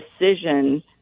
decision